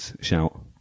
shout